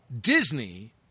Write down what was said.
Disney